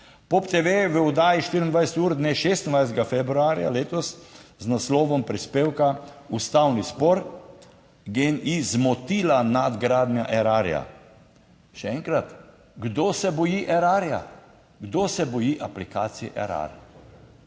Pop Tv je v oddaji 24ur dne 26. februarja letos z naslovom prispevka Ustavni spor GEN-I zmotila nadgradnja Erarja. Še enkrat, kdo se boji Erarja, kdo se boji aplikacije Erar?